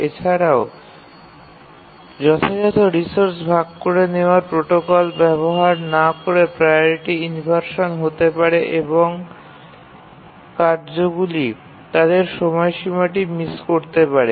এছাড়াও যথাযথ রিসোর্স ভাগ করে নেওয়ার প্রোটোকল ব্যবহার না করে প্রাওরিটি ইনভারশান হতে পারে এবং কার্যগুলি তাদের সময়সীমাটি মিস করতে পারে